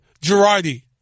Girardi